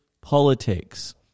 politics